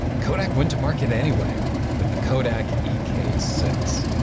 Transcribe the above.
kodak went to market anyway with the kodak ek six.